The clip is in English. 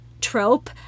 trope